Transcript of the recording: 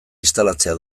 instalatzea